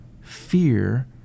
fear